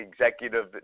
executive